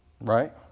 right